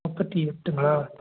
நாற்பத்தி எட்டுங்களா